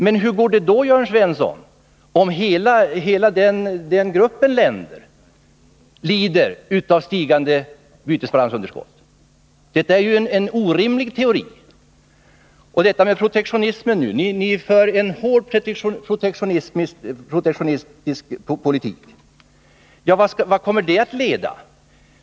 Men hur går det, Jörn Svensson, om hela denna grupp länder lider av stigande bytesbalansunderskott? Detta är ju en orimlig teori. Vpk för en hård protektionistisk politik. Vad kommer det att leda till?